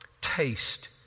taste